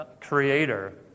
creator